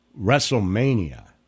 WrestleMania